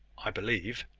i believe,